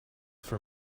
for